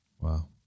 Wow